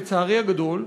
לצערי הגדול,